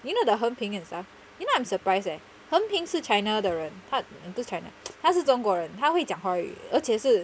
you know the hen ping and stuff you know I'm surprised eh hen ping 是 china 的人他不是 china 他是中国人他会讲华语而且是